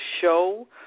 show